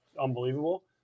unbelievable